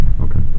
Okay